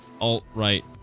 alt-right